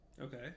Okay